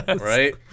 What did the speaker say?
Right